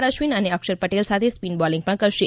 અશ્વિન અને અક્ષર પટેલ સાથે spin bowling પણ કરશે